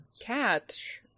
Catch